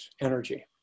energy